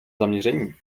zaměření